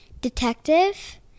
detective